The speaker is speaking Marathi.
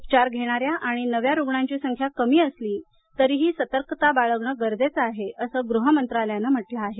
उपचार घेणाऱ्या आणि नव्या रुग्णांची संख्या कमी असली तरीही सतर्कता बाळगणं गरजेचं आहे असं गृह मंत्रालयानं म्हटलं आहे